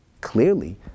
Clearly